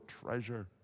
treasure